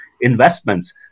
investments